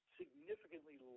significantly